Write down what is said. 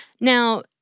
Now